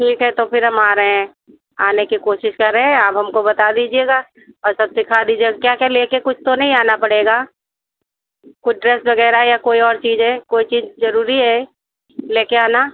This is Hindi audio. ठीक है तो फिर हम आ रहे हैं आने की कोशिश कर रहे हैं आप हमको बता दीजिएगा और सब सिखा दीजिएगा क्या क्या लेके कुछ तो नहीं आना पड़ेगा कुछ ड्रेस वग़ैरह या कोई और चीज़ें कोई चीज़ ज़रूरी है लेकर आना